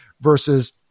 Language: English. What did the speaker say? versus